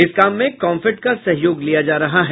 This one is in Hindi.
इस काम में काम्फेड का सहयोग लिया जा रहा है